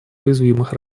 уязвимых